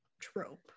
trope